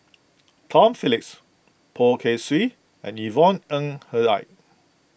Tom Phillips Poh Kay Swee and Yvonne Ng Uhde